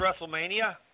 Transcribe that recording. WrestleMania